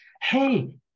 hey